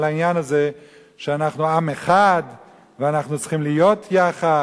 העניין הזה שאנחנו עם אחד ואנחנו צריכים להיות יחד.